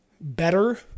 better